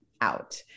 out